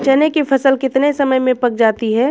चने की फसल कितने समय में पक जाती है?